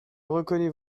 reconnais